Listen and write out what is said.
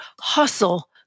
hustle